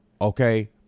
okay